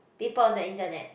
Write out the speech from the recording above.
people on the Internet